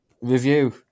review